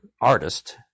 artist